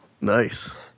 Nice